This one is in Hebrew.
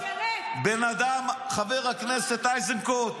חבר הכנסת איזנקוט,